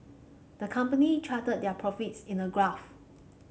the company charted their profits in a graph